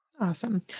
Awesome